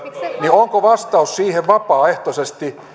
onko vastaus siihen vapaaehtoisesti